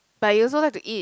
but you also like to eat